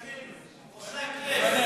עושה כיף.